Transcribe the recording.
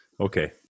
Okay